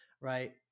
right